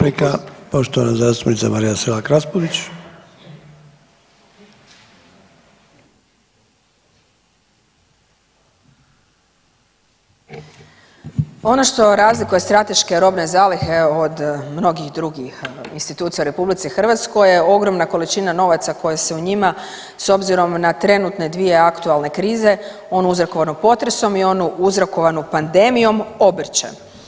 Ono što razlikuje strateške robne zalihe od mnogih drugih institucija u RH je ogromna količina novaca koje se u njima s obzirom na trenutne dvije aktualne krize, onom uzrokovanu potresom i onu uzrokovanu pandemijom obrće.